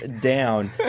down